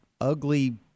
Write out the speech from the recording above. ugly